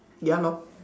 ya lor